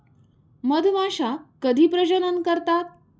मधमाश्या कधी प्रजनन करतात?